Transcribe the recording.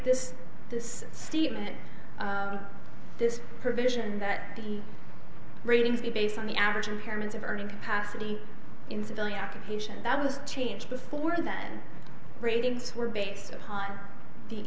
statement this provision that the ratings be based on the average impairment of earning capacity in civilian occupations that was changed before then ratings were based upon the